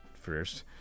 first